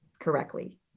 correctly